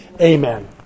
Amen